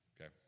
okay